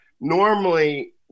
Normally